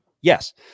yes